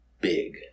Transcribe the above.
big